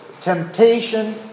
temptation